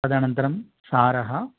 तदनन्तरं सारः